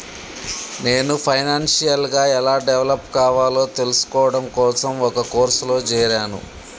నేను ఫైనాన్షియల్ గా ఎలా డెవలప్ కావాలో తెల్సుకోడం కోసం ఒక కోర్సులో జేరాను